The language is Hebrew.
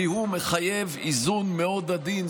כי הוא מחייב איזון מאוד עדין.